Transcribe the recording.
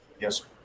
Yes